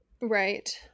Right